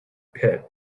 pit